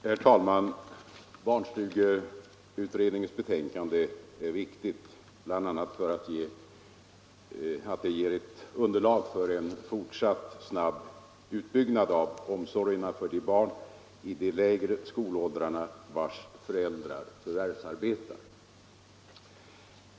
Herr talman! Barnstugeutredningens betänkande är viktigt, bl.a. därför att det ger underlag för en fortsatt snabb utbyggnad av omsorgerna för de barn i de lägre skolåldrarna vars föräldrar förvärvsarbetar.